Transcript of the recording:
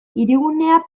hirigunea